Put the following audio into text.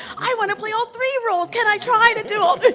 i want play all three roles. can i try to do all